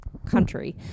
country